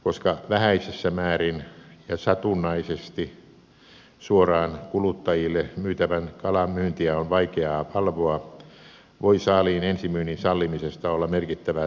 koska vähäisessä määrin ja satunnaisesti suoraan kuluttajille myytävän kalan myyntiä on vaikeaa valvoa voi saaliin ensimyynnin sallimisesta olla merkittävää taloudellista haittaa ammattikalastajille